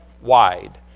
wide